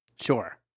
Sure